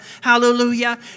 hallelujah